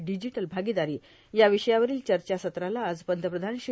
digital भागीदारी या विषयावरील चर्चासत्राला आज पंतप्रधान श्री